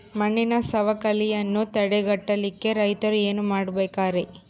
ಮಣ್ಣಿನ ಸವಕಳಿಯನ್ನ ತಡೆಗಟ್ಟಲಿಕ್ಕೆ ರೈತರು ಏನೇನು ಮಾಡಬೇಕರಿ?